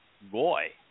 boy